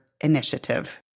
initiative